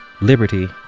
liberty